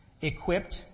equipped